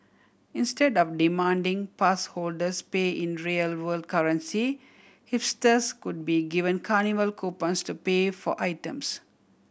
instead of demanding pass holders pay in real world currency hipsters could be given carnival coupons to pay for items